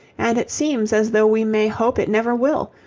and it seems as though we may hope it never will,